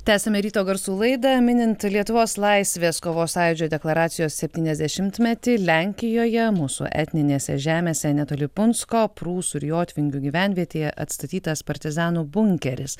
tęsiame ryto garsų laidą minint lietuvos laisvės kovos sąjūdžio deklaracijos septyniasdešimtmetį lenkijoje mūsų etninėse žemėse netoli punsko prūsų ir jotvingių gyvenvietėje atstatytas partizanų bunkeris